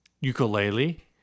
ukulele